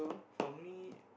for me